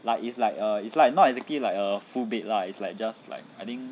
like it's like err it's like not exactly like a full bed lah it's like just like I think